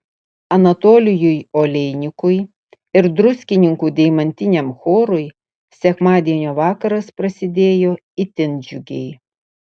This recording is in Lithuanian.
anatolijui oleinikui ir druskininkų deimantiniam chorui sekmadienio vakaras prasidėjo itin džiugiai